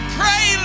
pray